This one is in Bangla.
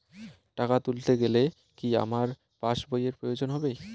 টাকা তুলতে গেলে কি আমার পাশ বইয়ের প্রয়োজন হবে?